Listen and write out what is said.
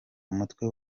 umutwe